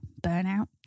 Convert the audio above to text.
burnout